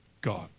God